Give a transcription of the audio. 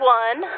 one